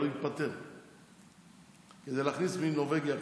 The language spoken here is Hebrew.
אבל הוא התפטר כדי להכניס נורבגי אחר.